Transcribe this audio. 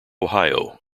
ohio